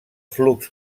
flux